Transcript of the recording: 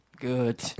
Good